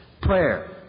prayer